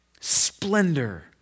Splendor